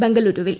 ബംഗളൂരുവിൽ